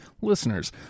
listeners